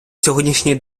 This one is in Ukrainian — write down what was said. сьогоднішній